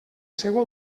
seua